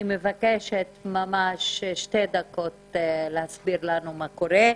אני מבקשת בשתי דקות להסביר לנו מה קורה,